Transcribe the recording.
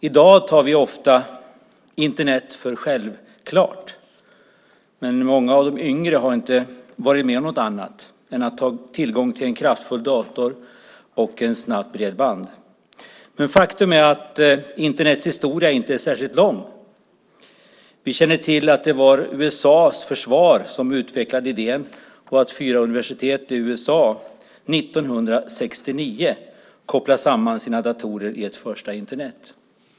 I dag tar vi ofta Internet för självklart, men många av de yngre har inte varit med om något annat än att ha tillgång till en kraftfull dator och snabbt bredband. Men faktum är att Internets historia inte är särskilt lång. Vi känner till att det var USA:s försvar som utvecklade idén och att fyra universitet i USA 1969 kopplade samman sina datorer i ett första Internet.